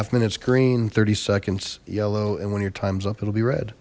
half minutes green thirty seconds yellow and when your time's up it'll be re